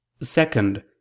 Second